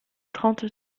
trente